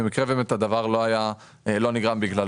במקרה והדבר באמת לא נגרם בגללו.